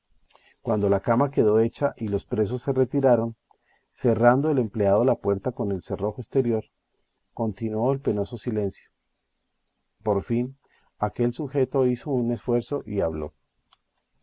cuando la cama quedó hecha y los presos se retiraron cerrando el empleado la puerta con el cerrojo exterior continuó el penoso silencio por fin aquel sujeto hizo un esfuerzo y habló